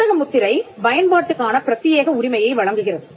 வர்த்தக முத்திரை பயன்பாட்டுக்கான பிரத்தியேக உரிமையை வழங்குகிறது